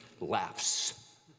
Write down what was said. laughs